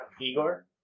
Igor